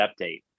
update